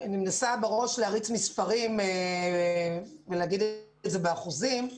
אני מנסה להריץ בראש מספרים ולומר אותם באחוזים.